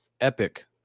epic